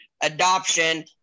adoption